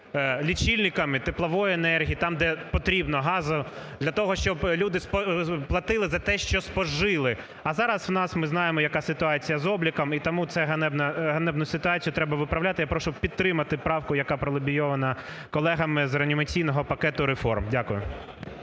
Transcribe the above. лічильниками теплової енергії, там, де потрібно, газу для того, щоб люди платили за те, що спожили. А зараз в нас, ми знаємо, яка ситуація з обліком, і тому цю ганебну ситуацію треба виправляти. Я прошу підтримати правку, яка пролобійована колегами з Реанімаційного Пакету Реформ. Дякую.